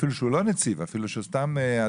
אפילו שהוא לא נציב, אפילו שהוא סתם אדם,